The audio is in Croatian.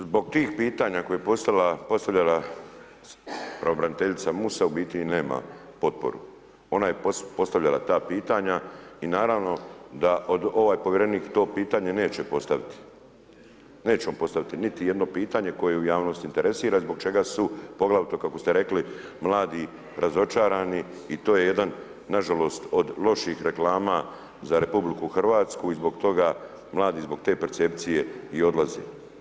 Zbog tih pitanja koje je postavljala pravobraniteljica Musa u biti i nema potporu, ona je postavljala ta pitanja i naravno da od ovaj povjerenik to pitanje neće postaviti, neće on postaviti niti jedno pitanje koje javnost interesira zbog čega su poglavito kako ste rekli mladi razočarani i to je jedan nažalost od loših reklama za RH i zbog toga, mladi zbog te percepcije i odlaze.